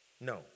No